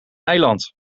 eiland